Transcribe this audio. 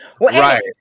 right